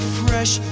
fresh